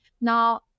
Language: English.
Now